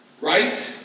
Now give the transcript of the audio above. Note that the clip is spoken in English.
right